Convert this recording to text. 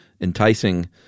enticing